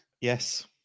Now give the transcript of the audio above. Yes